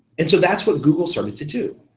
and so that's what google started to do.